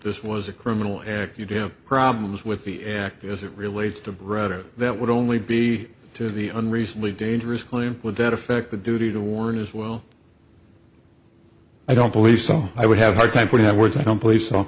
this was a criminal act you do have problems with the act as it relates to brett or that would only be to the un recently dangerous claim would that affect the duty to warn as well i don't believe so i would have hard time putting out words i don't believe so